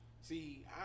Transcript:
see